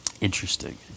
Interesting